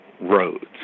roads